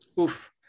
Oof